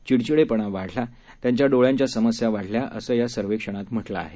चिडचिडेपणा वाढला त्यांच्या डोळ्यांच्या समस्या वाढल्या असं या सर्वेक्षणात म्हटलं आहे